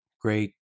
great